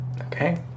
Okay